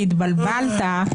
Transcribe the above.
כי התבלבלת,